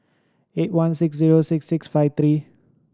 eight one six zero six six five three